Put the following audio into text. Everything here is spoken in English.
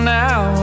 now